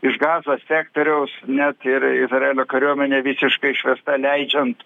iš gazos sektoriaus net ir izraelio kariuomenė visiškai išvesta leidžiant